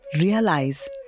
realize